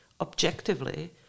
objectively